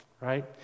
right